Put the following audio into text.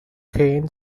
cairn